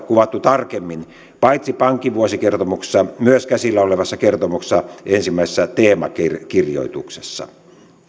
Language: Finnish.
kuvattu tarkemmin paitsi pankkivuosikertomuksessa myös käsillä olevassa kertomuksessa ensimmäisessä teemakirjoituksessa